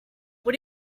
when